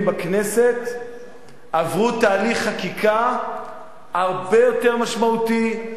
בכנסת עברו תהליך חקיקה הרבה יותר משמעותי,